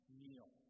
meal